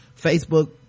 Facebook